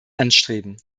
anstreben